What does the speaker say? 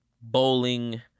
Bowling